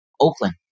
Oakland